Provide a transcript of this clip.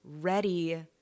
ready